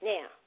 Now